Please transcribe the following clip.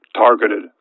targeted